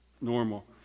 normal